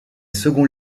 second